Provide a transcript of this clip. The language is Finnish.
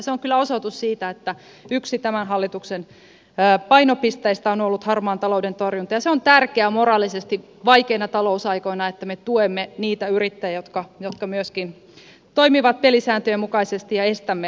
se on kyllä osoitus siitä että yksi tämän hallituksen painopisteistä on ollut harmaan talouden torjunta ja se on tärkeää moraalisesti vaikeina talousaikoina että me tuemme niitä yrittäjiä jotka myöskin toimivat pelisääntöjen mukaisesti ja estämme vilunkipeliä